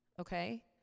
Okay